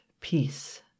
peace